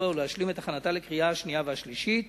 בה ולהשלים את הכנתה לקריאה השנייה והשלישית.